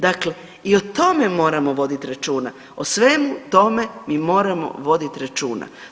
Dakle i o tome moramo voditi računa, o svemu tome mi moramo voditi računa.